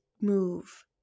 move